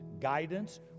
guidance